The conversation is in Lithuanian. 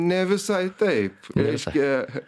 ne visai taip reiškia